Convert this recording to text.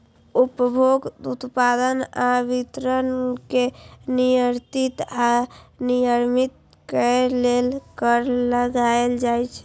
उपभोग, उत्पादन आ वितरण कें नियंत्रित आ विनियमित करै लेल कर लगाएल जाइ छै